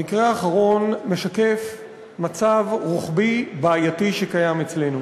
המקרה האחרון משקף מצב רוחבי בעייתי שקיים אצלנו.